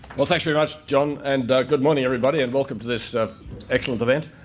well, thanks very much john and good morning everybody and welcome to this excellent event.